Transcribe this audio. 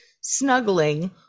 snuggling